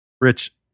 Rich